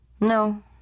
No